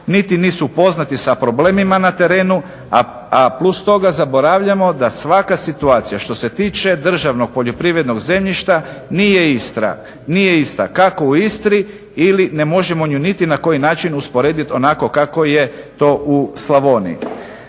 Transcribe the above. niti nisu upoznati sa problemima na terenu, a plus toga zaboravljamo da svaka situacija što se tiče državnog poljoprivrednog zemljišta nije ista, kako u Istri ili ne možemo ju niti na koji način usporedit onako kako je to u Slavoniji.